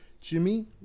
Jimmy